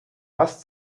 was